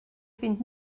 fynd